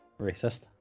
Racist